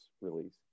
release